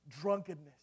drunkenness